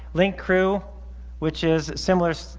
link crew which is similar,